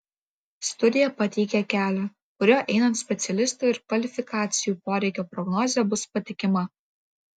studija pateikia kelią kuriuo einant specialistų ir kvalifikacijų poreikio prognozė bus patikima